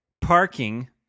parking